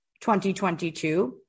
2022